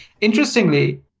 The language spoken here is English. interestingly